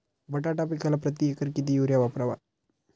बटाटा पिकाला प्रती एकर किती युरिया वापरावा?